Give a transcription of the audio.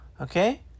Okay